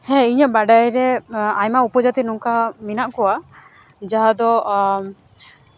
ᱦᱮᱸ ᱤᱧᱟᱹᱜ ᱵᱟᱰᱟᱭᱨᱮ ᱟᱭᱢᱟ ᱩᱯᱚᱡᱟᱛᱤ ᱱᱚᱝᱠᱟ ᱢᱮᱱᱟᱜ ᱠᱚᱣᱟ ᱡᱟᱦᱟᱸ ᱫᱚ